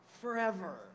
forever